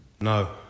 No